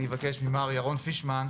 אני אבקש ממר ירון פישמן,